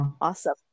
Awesome